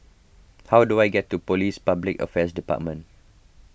how do I get to Police Public Affairs Department